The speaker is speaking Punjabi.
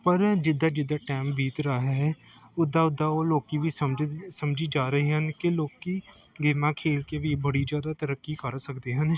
ਪਰ ਜਿੱਦਾਂ ਜਿੱਦਾਂ ਟਾਈਮ ਬੀਤ ਰਿਹਾ ਹੈ ਓਦਾਂ ਓਦਾਂ ਉਹ ਲੋਕ ਵੀ ਸਮਝ ਸਮਝੀ ਜਾ ਰਹੇ ਹਨ ਕਿ ਲੋਕ ਗੇਮਾਂ ਖੇਡ ਕੇ ਵੀ ਬੜੀ ਜ਼ਿਆਦਾ ਤਰੱਕੀ ਕਰ ਸਕਦੇ ਹਨ